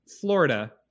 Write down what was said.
Florida